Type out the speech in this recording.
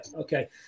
Okay